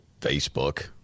Facebook